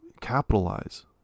capitalize